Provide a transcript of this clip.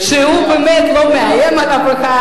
שבאמת לא מאיים על אף אחד,